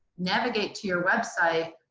navigate to your website,